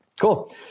Cool